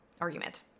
argument